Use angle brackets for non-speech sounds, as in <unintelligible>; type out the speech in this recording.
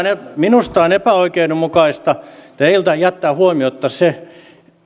<unintelligible> ja minusta on epäoikeudenmukaista teiltä jättää huomiotta se